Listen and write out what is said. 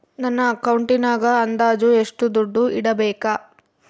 ನನ್ನ ಅಕೌಂಟಿನಾಗ ಅಂದಾಜು ಎಷ್ಟು ದುಡ್ಡು ಇಡಬೇಕಾ?